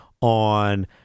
on